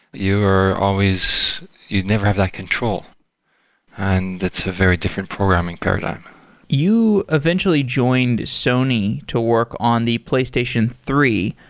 you are always you never have that control and it's a very different programming paradigm you eventually joined sony to work on the playstation three.